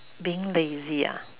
being lazy ah